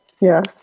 Yes